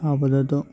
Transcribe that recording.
আপাতত